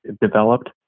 developed